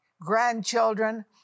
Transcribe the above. grandchildren